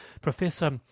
Professor